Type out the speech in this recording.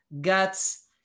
guts